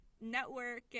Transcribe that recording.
network